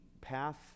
path